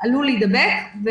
עלול להידבק.